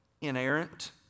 inerrant